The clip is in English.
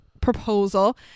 proposal